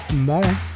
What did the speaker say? Bye